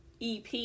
EP